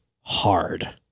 hard